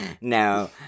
No